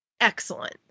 excellent